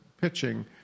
pitching